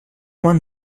man